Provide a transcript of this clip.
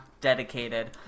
dedicated